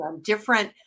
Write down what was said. different